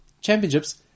championships